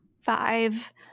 five